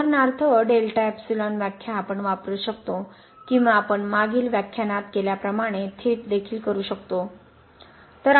उदाहरणार्थ delta epsilon व्याख्या आपण वापरू शकतो किंवा आपण मागील व्याख्यानात केल्याप्रमाणे थेट देखील करू शकतो